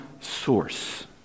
source